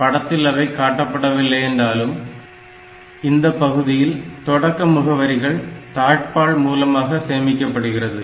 படத்தில் அவை காட்டப்படவில்லை என்றாலும் இந்த பகுதியில் தொடக்க முகவரிகள் தாழ்ப்பாள் மூலமாக சேமிக்கப்படுகிறது